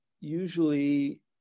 usually